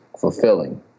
fulfilling